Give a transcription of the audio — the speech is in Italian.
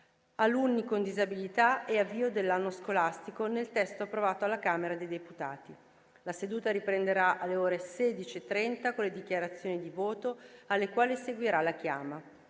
alunni con disabilità e avvio dell'anno scolastico nel testo approvato alla Camera dei deputati. La seduta riprenderà alle ore 16,30 con le dichiarazioni di voto, alle quali seguirà la chiama.